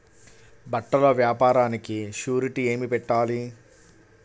బట్టల వ్యాపారానికి షూరిటీ ఏమి పెట్టాలి?